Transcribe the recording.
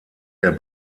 der